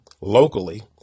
locally